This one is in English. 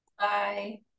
bye